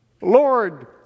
Lord